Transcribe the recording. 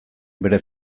bere